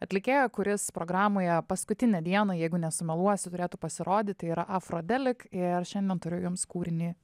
atlikėjo kuris programoje paskutinę dieną jeigu nesumeluosiu turėtų pasirodyti yra afrodelik ir šiandien turiu jums kūrinį